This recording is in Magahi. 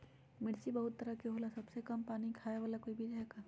मिर्ची बहुत तरह के होला सबसे कम पानी खाए वाला कोई बीज है का?